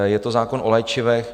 Je to zákon o léčivech.